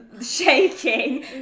shaking